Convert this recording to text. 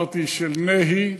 אמרתי, של נהי,